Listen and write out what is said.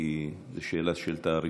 כי זו שאלה של תעריפים.